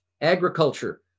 agriculture